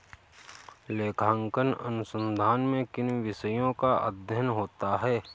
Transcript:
लेखांकन अनुसंधान में किन विषयों का अध्ययन होता है?